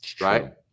right